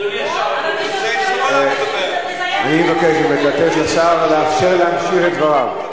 אבל מי, אני מבקש לאפשר לשר להמשיך את דבריו.